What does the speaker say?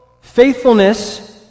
faithfulness